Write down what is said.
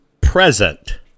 present